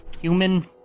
Human